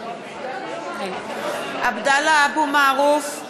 (קוראת בשמות חברי הכנסת) עבדאללה אבו מערוף,